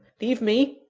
leave me,